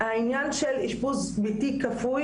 באשפוז ביתי כפוי